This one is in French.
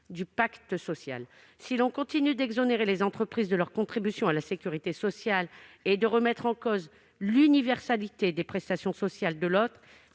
du pacte social. Si l'on continue d'exonérer les entreprises de leur contribution à la sécurité sociale et de remettre en cause l'universalité des prestations sociales, le pacte